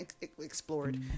explored